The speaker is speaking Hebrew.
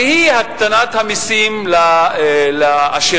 היא הקטנת המסים לעשירים.